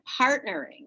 partnering